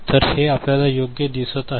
तर हे आपल्याला योग्य दिसत आहे